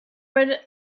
would